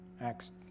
Acts